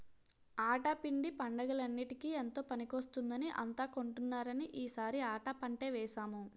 ఆటా పిండి పండగలన్నిటికీ ఎంతో పనికొస్తుందని అంతా కొంటున్నారని ఈ సారి ఆటా పంటే వేసాము